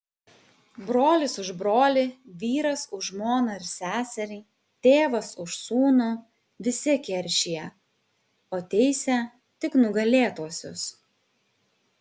brolis už brolį vyras už žmoną ar seserį tėvas už sūnų visi keršija o teisia tik nugalėtuosius